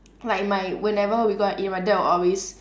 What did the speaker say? like my whenever we go out to eat right my dad will always